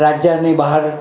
રાજ્યની બહાર